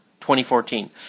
2014